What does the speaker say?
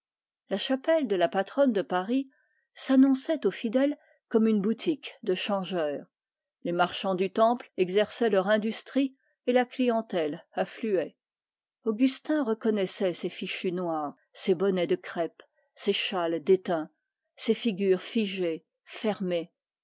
la chapelle de la patronne de paris s'annonçait aux fidèles comme une boutique de changeur les marchands du temple exerçaient leur industrie et la clientèle affluait augustin reconnaissait ces bonnets de crêpe ces châles déteints ces figures figées